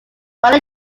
while